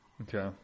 Okay